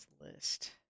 list